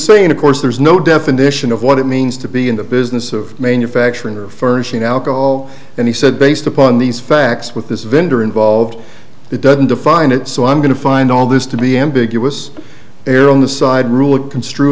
saying of course there's no definition of what it means to be in the business of main affection or first alcohol and he said based upon these facts with this vendor involved it doesn't define it so i'm going to find all this to be ambiguous err on the side ruled construe